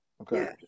Okay